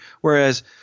Whereas